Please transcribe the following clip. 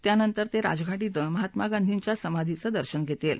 त्यानंतर ते राजघाट क्रिं महात्मा गांधींच्या समाधींचं दर्शन घेतील